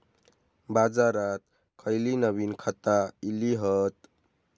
बाजारात खयली नवीन खता इली हत?